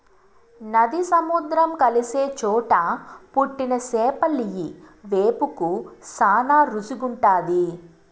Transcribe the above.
నది, సముద్రం కలిసే చోట పుట్టిన చేపలియ్యి వేపుకు శానా రుసిగుంటాది